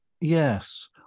Yes